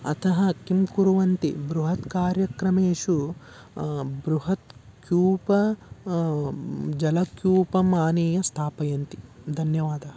अतः किं कुर्वन्ति बृहत् कार्यक्रमेषु बृहत् कूपं जलकूपम् आनीय स्थापयन्ति धन्यवादः